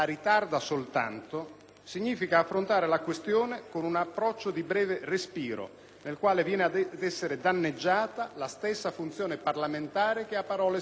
significa affrontare la questione con un approccio di breve respiro, nel quale viene ad essere danneggiata la stessa funzione parlamentare che a parole si vuole difendere.